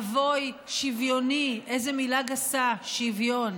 אבוי, שוויוני, איזו מילה גסה, שוויון.